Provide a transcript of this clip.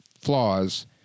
flaws